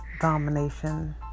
domination